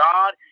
God